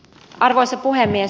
arvoisa puhemies